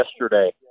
yesterday